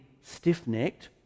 stiff-necked